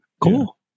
Cool